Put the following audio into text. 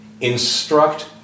instruct